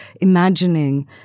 imagining